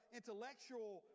intellectual